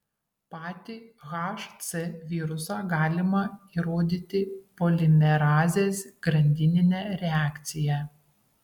patį hc virusą galima įrodyti polimerazės grandinine reakcija